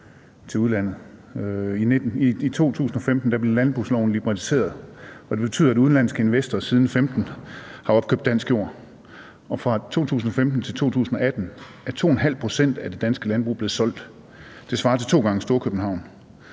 I 2015 blev landbrugsloven liberaliseret, og det betyder, at udenlandske investorer siden 2015 har opkøbt dansk jord, og fra 2015 til 2018 er 2½ pct. af det danske landbrug blevet solgt. Det areal svarer til to gange Storkøbenhavn.